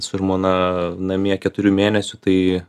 su žmona namie keturių mėnesių tai